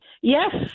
Yes